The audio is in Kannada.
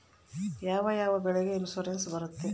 ಯಾವ ಯಾವ ಬೆಳೆಗೆ ಇನ್ಸುರೆನ್ಸ್ ಬರುತ್ತೆ?